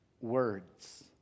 words